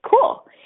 cool